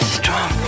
strong